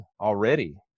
already